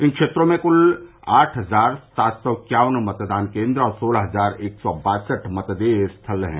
इन क्षेत्रों में कुल आठ हजार सात सौ इक्यावन मतदान केन्द्र और सोलह हजार एक सौ बासठ मतदेय स्थल हैं